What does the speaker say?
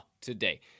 today